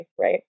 Right